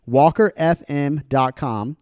walkerfm.com